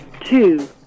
two